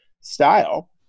style